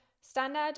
standard